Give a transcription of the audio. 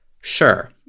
Sure